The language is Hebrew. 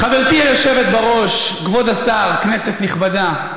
חברתי היושבת בראש, כבוד השר, כנסת נכבדה,